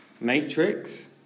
Matrix